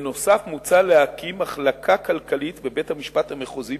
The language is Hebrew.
כמו כן מוצע להקים מחלקה כלכלית בבית-המשפט המחוזי